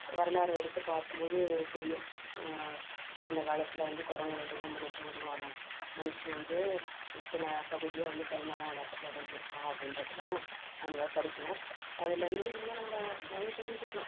வரலாறு எடுத்து பார்க்கும் போது தெரியும் அந்த காலத்தில் குரங்கில் இருந்து தான் மனுசன் உருவானான் மனுசன் வந்து இத்தனை பகுதியாக வந்து பரிணாம வளர்ச்சி அடைஞ்சிருக்கான் அப்படின்றதுலாம் நம்ம படிக்கலாம் அதில் இருந்து இன்னும் நம்ம நிறைய தெரிஞ்சிக்கலாம்